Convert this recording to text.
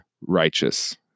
righteous